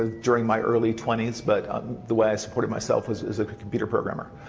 ah during my early twenty s. but the way i supported myself was as a computer programmer